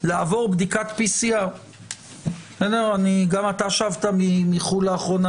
לעבור בדיקת PCR. גם אתה שבת מחו"ל לאחרונה,